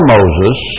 Moses